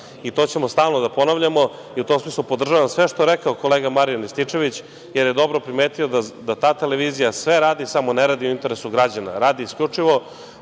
ćemo stalno da ponavljamo i u tom smislu podržavam sve što je rekao kolega Marijan Rističević, jer je dobro primetio da ta televizija sve radi, samo ne radi u interesu građana, radi isključivo